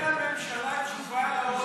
אין לממשלה תשובה לעוני.